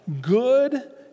good